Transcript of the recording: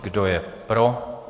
Kdo je pro?